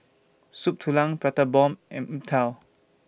Soup Tulang Prata Bomb and Png Tao